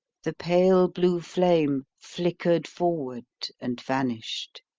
the pale blue flame flickered forward and vanished.